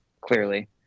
clearly